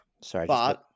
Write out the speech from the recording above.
Sorry